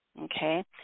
Okay